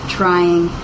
trying